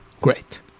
great